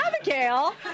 Abigail